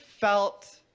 felt